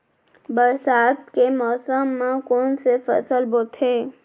बरसात के मौसम मा कोन से फसल बोथे?